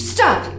Stop